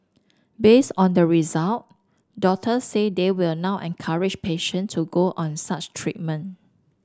based on the result doctors say they will now encourage patient to go on such treatment